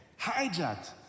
hijacked